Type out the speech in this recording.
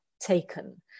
taken